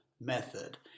method